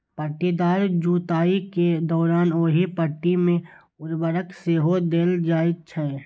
पट्टीदार जुताइ के दौरान ओहि पट्टी मे उर्वरक सेहो देल जाइ छै